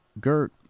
Gert